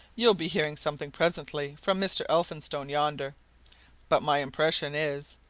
you'll be hearing something presently from mr. elphinstone yonder but my impression is,